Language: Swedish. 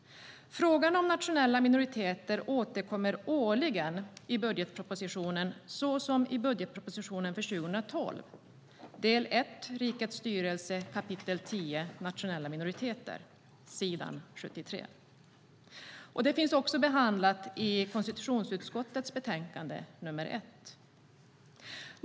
Frågan om nationella minoriteter återkommer årligen i budgetpropositionen, som i budgetpropositionen för 2012, del 1 Rikets styrelse , kap. 10 Nationella minoriteter, s. 73. Det finns också behandlat i konstitutionsutskottets betänkande nr 1.